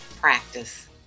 Practice